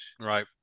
right